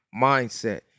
mindset